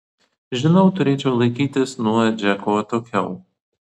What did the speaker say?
žinau turėčiau laikytis nuo džeko atokiau